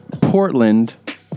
Portland